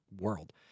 world